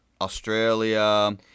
australia